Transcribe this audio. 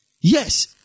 yes